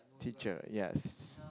teacher yes